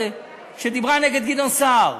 שדיברה נגד גדעון סער?